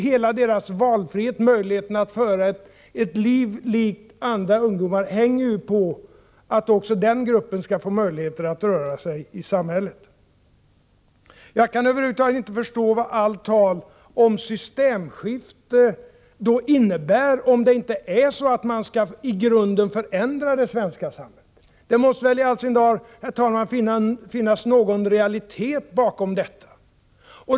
Hela deras valfrihet, deras möjlighet att föra ett liv likt andra ungdomars, hänger ju på att också de skall få möjligheter att röra sig i samhället. Jag kan över huvud taget inte förstå vad allt tal om systemskifte innebär, om det inte är så att man i grunden skall förändra det svenska samhället. Det måste väl i all sin dar, herr talman, finnas någon realitet bakom detta.